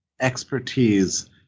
expertise